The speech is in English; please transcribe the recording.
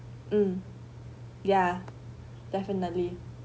mm ya definitely